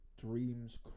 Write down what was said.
Dreams